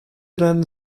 deine